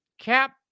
cap